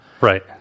right